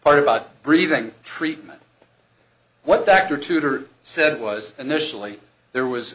part about breathing treatment what dr tutor said was initially there was